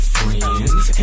friends